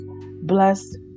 blessed